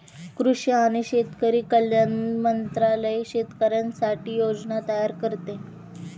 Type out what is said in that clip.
कृषी आणि शेतकरी कल्याण मंत्रालय शेतकऱ्यांसाठी योजना तयार करते